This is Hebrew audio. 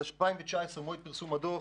ב-2019, מועד פרסום הדוח,